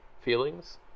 feelings